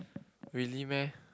really meh